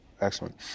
Excellent